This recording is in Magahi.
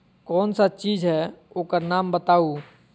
कौन सा चीज है ओकर नाम बताऊ?